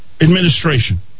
administration